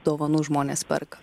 dovanų žmonės perka